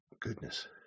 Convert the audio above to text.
Goodness